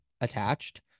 attached